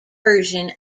version